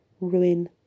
ruin